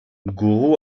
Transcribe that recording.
guru